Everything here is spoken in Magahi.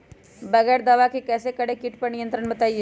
बगैर दवा के कैसे करें कीट पर नियंत्रण बताइए?